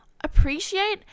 Appreciate